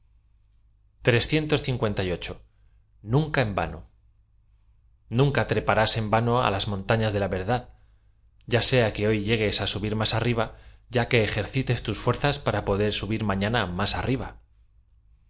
ttnca en vano nunca treparás en vano á las montañas de la ve dad y a sea que hoy llegues á subir máa arriba ya que ejercites tus fuerzas para poder subir mafiana más arriba